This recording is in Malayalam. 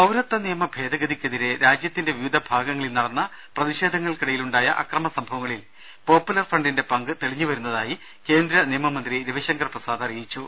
പൌരത്വ നിയമ ഭേദഗതിക്കെതിരെ രാജൃത്തിന്റെ വിവിധ ഭാഗങ്ങളിൽ നടന്ന പ്രതിഷേധങ്ങൾക്കിടയിലുണ്ടായ അക്രമ സംഭവങ്ങളിൽ പോപ്പു ലർ ഫ്രണ്ടിന്റെ പങ്ക് തെളിഞ്ഞു വരുന്നതായി കേന്ദ്ര നിയമമന്ത്രി രവിശങ്കർ പ്രസാദ് അറിയിച്ചു